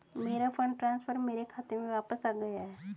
मेरा fund transfer मेरे खाते में वापस आ गया है